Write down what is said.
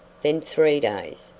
then three days,